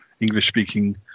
English-speaking